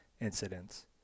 incidents